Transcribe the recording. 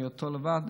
בהיותו לבד,